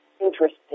interesting